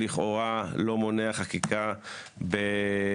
לכאורה לא מונע חקיקה בהקשרים,